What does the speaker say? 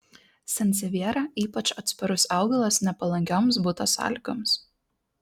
sansevjera ypač atsparus augalas nepalankioms buto sąlygoms